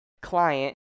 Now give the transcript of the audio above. client